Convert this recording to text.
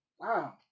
wow